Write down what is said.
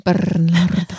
Bernardo